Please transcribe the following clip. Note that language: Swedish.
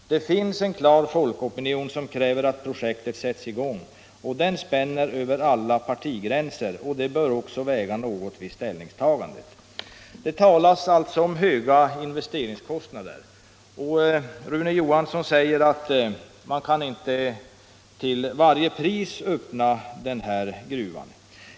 Det finns en klar folkopinion som kräver att projektet sätts i gång, och den spänner över alla partigränser. Det bör också väga något vid ställningstagandet. Det talas om höga investeringskostnader. Rune Johansson säger att man inte till varje pris kan öppna den här gruvan.